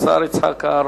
אין